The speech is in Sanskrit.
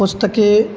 पुस्तके